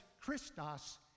Christos